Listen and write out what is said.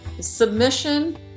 Submission